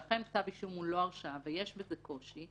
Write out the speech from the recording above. ואכן כתב אישום הוא לא הרשעה ויש בזה קושי,